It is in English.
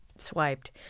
swiped